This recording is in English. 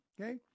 okay